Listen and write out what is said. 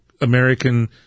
American